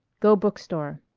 go book-store.